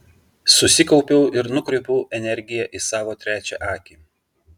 susikaupiau ir nukreipiau energiją į savo trečią akį